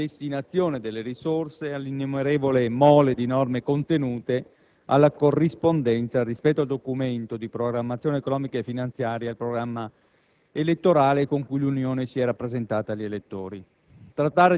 alla destinazione delle risorse e all'innumerevole mole di norme contenute, alla corrispondenza rispetto al Documento di programmazione economica e finanziaria e al programma elettorale con cui l'Unione si era presentata agli elettori.